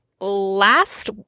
last